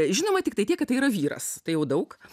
žinoma tiktai tiek kad tai yra vyras tai jau daug